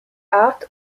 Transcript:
art